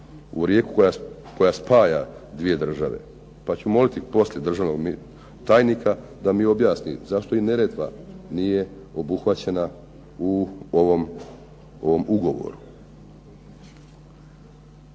u rijeku koja spaja 2 države? Pa ću moliti poslije državnog tajnika da mi objasni zašto i Neretva nije obuhvaćena u ovom ugovoru.